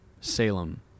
Salem